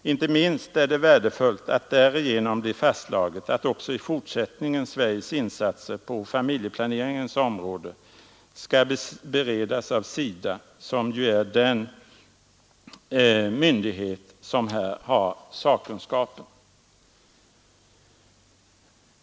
Inte minst är det värdefullt att därigenom blivit fastslaget att också i fortsättningen Sveriges insatser på familjeplaneringens område skall beredas av SIDA, som ju är den myndighet som här har sakkunskap.